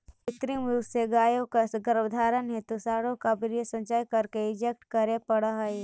कृत्रिम रूप से गायों के गर्भधारण हेतु साँडों का वीर्य संचय करके इंजेक्ट करे पड़ हई